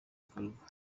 gikorwa